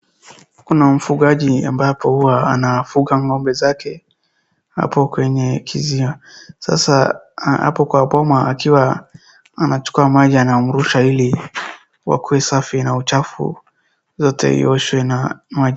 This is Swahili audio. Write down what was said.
Kuna mfungaji ambapo huwa anafunga ng'ombe zake hapo kwenye kizia .Sasa hapo kwa boma akiwa anachukua maji anamrusha ili wakuwe safi na uchafu zote ioshwe na maji.